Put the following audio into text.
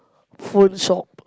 phone shop